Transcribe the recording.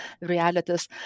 realities